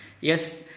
Yes